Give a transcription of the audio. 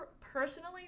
personally